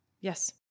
Yes